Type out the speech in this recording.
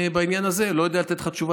ובעניין הזה אני לא יודע לתת לך תשובה